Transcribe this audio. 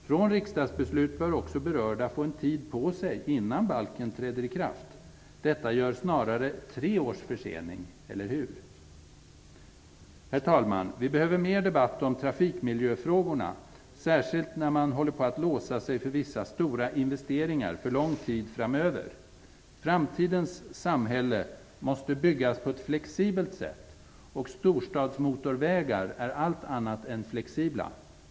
Från riksdagsbeslut bör också berörda få en tid på sig innan balken träder i kraft. Detta gör snarare tre års försening, eller hur? Herr talman! Vi behöver mer debatt om trafikmiljöfrågorna, särskilt när man håller på att låsa sig för vissa stora investeringar för lång tid framöver. Framtidens samhälle måste byggas på ett flexibelt sätt. Storstadsmotorvägar är allt annat än flexibla.